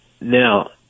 Now